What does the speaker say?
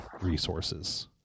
resources